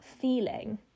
feeling